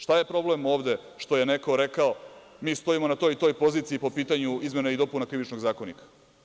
Šta je problem ovde, što je neko rekao, mi stojimo na toj i toj poziciji po pitanju izmena i dopuna Krivičnog zakonika?